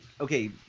okay